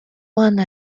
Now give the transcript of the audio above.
one